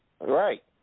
Right